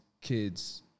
kids